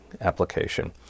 application